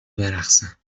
برقصم